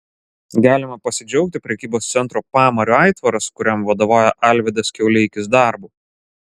galima pasidžiaugti prekybos centro pamario aitvaras kuriam vadovauja alvydas kiauleikis darbu